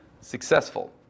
successful